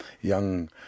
young